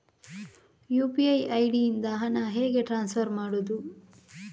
UPI ID ಇಂದ ಹಣ ಹೇಗೆ ಟ್ರಾನ್ಸ್ಫರ್ ಮಾಡುದು?